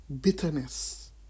bitterness